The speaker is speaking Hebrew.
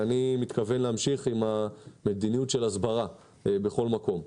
אני מתכוון להמשיך עם מדיניות של הסברה בכל מקום.